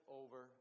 over